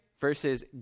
versus